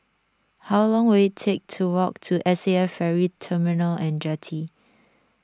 how long will it take to walk to S A F Ferry Terminal and Jetty